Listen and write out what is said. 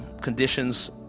conditions